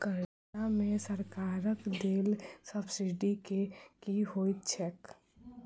कर्जा मे सरकारक देल सब्सिडी की होइत छैक?